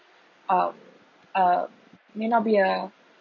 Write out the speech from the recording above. um uh may not be a